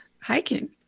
hiking